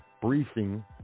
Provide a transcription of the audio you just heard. briefing